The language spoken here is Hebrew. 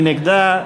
מי נגדה?